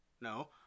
No